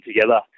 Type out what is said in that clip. together